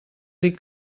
dic